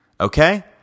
Okay